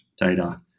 data